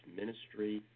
ministry